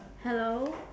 hello